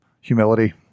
humility